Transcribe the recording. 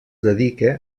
dedica